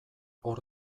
hor